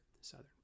southern